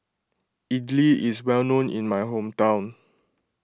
Idili is well known in my hometown